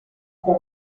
com